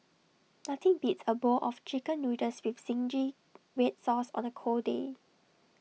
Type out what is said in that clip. nothing beats A bowl of Chicken Noodles with Zingy Red Sauce on A cold day